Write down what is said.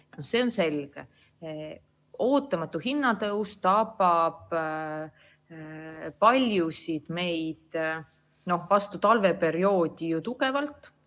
on selge. Ootamatu hinnatõus tabab paljusid meid vastu talveperioodi tugevalt,